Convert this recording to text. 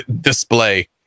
display